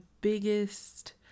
biggest